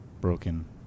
broken